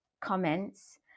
comments